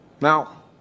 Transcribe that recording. Now